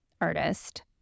artist